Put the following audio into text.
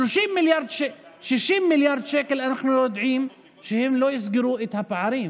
ב-60 מיליארד שקל אנחנו יודעים שהם לא יסגרו את הפערים.